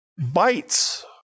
bites